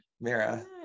Mira